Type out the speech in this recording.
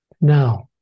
Now